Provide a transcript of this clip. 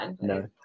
no